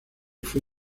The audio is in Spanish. fue